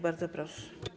Bardzo proszę.